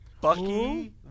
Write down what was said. Bucky